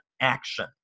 action